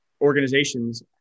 organizations